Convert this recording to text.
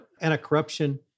anti-corruption